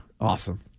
Awesome